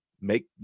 make